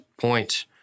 point